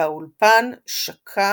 והאולפן שקע